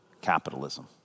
capitalism